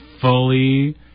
fully